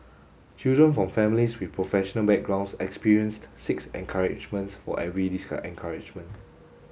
children from families with professional backgrounds experienced six encouragements for every discouragement